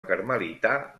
carmelità